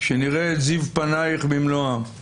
בכפל האישום.